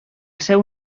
seu